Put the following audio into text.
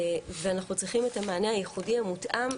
ואנחנו צריכים את המענה הייחודי המותאם,